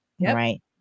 Right